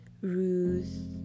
Ruth